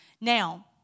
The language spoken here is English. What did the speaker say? Now